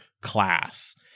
class